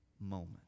moment